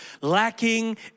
lacking